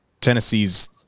Tennessee's